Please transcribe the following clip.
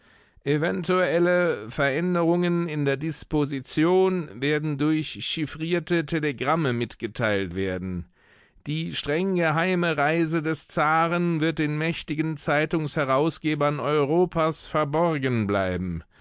eventuelle veränderungen in der disposition werden durch chiffrierte telegramme mitgeteilt werden die streng geheime reise des zaren wird den mächtigen zeitungsherausgebern europas verborgen bleiben